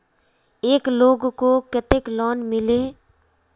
एक लोग को केते लोन मिले है?